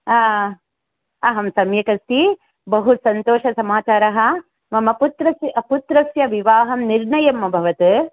हा अहं सम्यगस्ति बहु सन्तोषसमाचारः मम पुत्रस्य पुत्रस्य विवाहं निर्णयम् अभवत्